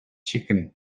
chicken